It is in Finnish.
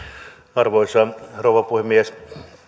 arvoisa rouva puhemies